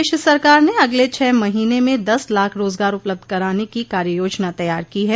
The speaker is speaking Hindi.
प्रदेश सरकार ने अगले छह महोने में दस लाख रोजगार उपलब्ध कराने की कार्य योजना तैयार की है